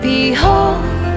Behold